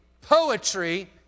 poetry